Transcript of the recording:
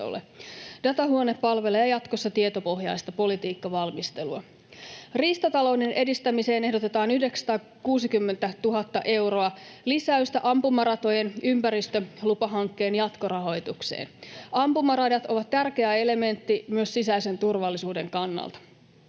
Datahuone palvelee jatkossa tietopohjaista politiikkavalmistelua. Riistatalouden edistämiseen ehdotetaan 960 000 euroa lisäystä ampumaratojen ympäristölupahankkeen jatkorahoitukseen. Ampumaradat ovat tärkeä elementti myös sisäisen turvallisuuden kannalta.